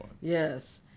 Yes